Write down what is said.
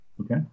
okay